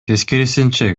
тескерисинче